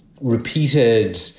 repeated